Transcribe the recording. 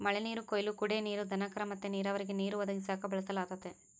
ಮಳೆನೀರು ಕೊಯ್ಲು ಕುಡೇ ನೀರು, ದನಕರ ಮತ್ತೆ ನೀರಾವರಿಗೆ ನೀರು ಒದಗಿಸಾಕ ಬಳಸಲಾಗತತೆ